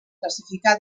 classificà